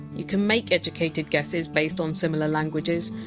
you can make educated guesses based on similar languages.